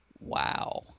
Wow